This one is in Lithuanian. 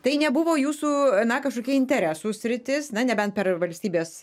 tai nebuvo jūsų na kažkokia interesų sritis na nebent per valstybės